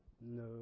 No